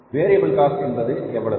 விரைவில் காஸ்ட் என்பது எவ்வளவு